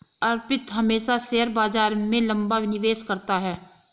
अर्पित हमेशा शेयर बाजार में लंबा निवेश करता है